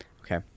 Okay